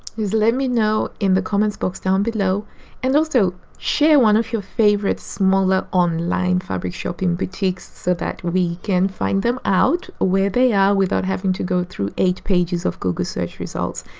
is? let me know in the comments box down below and also share one of your favorite smaller online fabric shopping boutiques so that we can find them out where they are without having to go through eight pages of google search results.